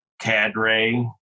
cadre